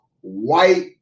white